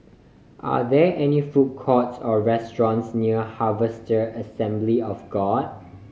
are there any food courts or restaurants near Harvester Assembly of God